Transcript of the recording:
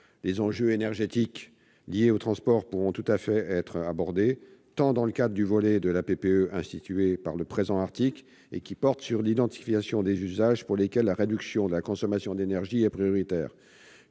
les enjeux énergétiques liés aux transports pourront tout à fait être abordés tant dans le cadre du volet de la PPE institué par le présent article, portant sur l'identification des usages pour lesquels la réduction de la consommation d'énergie est prioritaire,